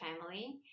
family